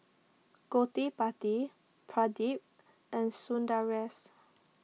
Gottipati Pradip and Sundaresh